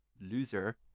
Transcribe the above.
loser